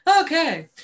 Okay